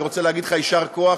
אני רוצה להגיד לך יישר כוח.